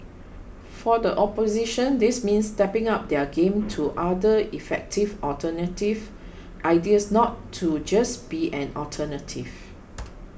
for the opposition this means stepping up their game to other effective alternative ideas not to just be an alternative